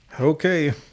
Okay